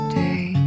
day